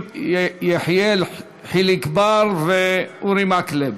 יחיאל חיליק בר ואורי מקלב.